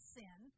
sin